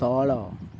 ତଳ